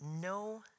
no